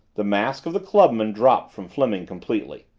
the mask of the clubman dropped from fleming completely.